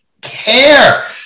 care